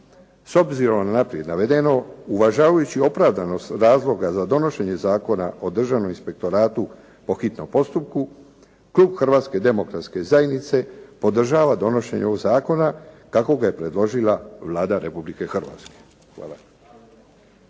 S obzirom na naprijed navedeno uvažavajući opravdanost razloga za donošenja Zakona o Državnom inspektoratu po hitnom postupku, klub Hrvatske demokratske zajednice podržava donošenje ovog zakona kako ga je predložila Vlada Republike Hrvatske. Hvala.